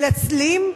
המנצלים,